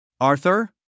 Arthur